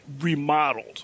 remodeled